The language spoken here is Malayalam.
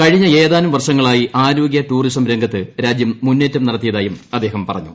കഴിഞ്ഞ ഏതാനും വർഷങ്ങളായി ആരോഗ്യ ടൂറിസം രംഗത്ത് രാജ്യം മുന്നേറ്റം നടത്തിയതായും അദ്ദേഹം പറഞ്ഞു